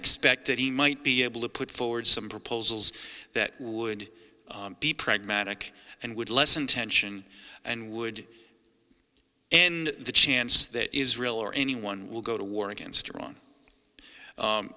expect that he might be able to put forward some proposals that would be pragmatic and would lessen tension and would end the chance that israel or anyone will go to war against iran